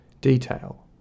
detail